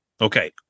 Okay